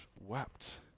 wept